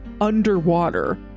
underwater